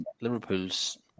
Liverpool's